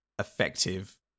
effective